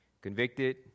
convicted